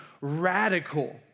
radical